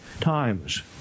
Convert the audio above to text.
times